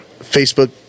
Facebook